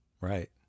Right